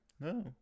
No